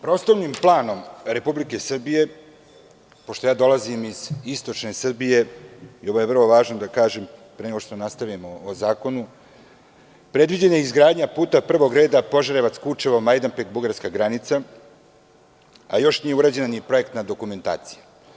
Prostornim planom Republike Srbije, pošto ja dolazim iz istočne Srbije, ovo je vrlo važno da kažem, pre nego što nastavimo o zakonu, predviđena je izgradnja puta prvog reda Požarevac-Kučevo-Majdanpek-bugarska granica, a još nije urađena ni projektna dokumentacija.